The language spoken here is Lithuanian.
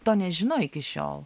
to nežino iki šiol